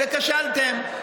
וכשלתם.